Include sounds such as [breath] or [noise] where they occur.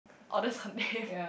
oh that's her name [breath]